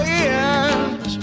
ears